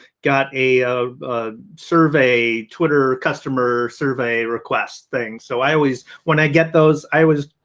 got a survey, twitter customer survey request thing. so i always when i get those i was,